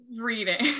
reading